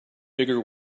bigger